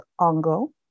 Ongo